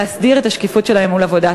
ולהסדיר את השקיפות של העבודה שלהם מול הכנסת.